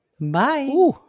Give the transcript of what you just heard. bye